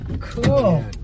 Cool